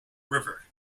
river